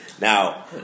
Now